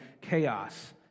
chaos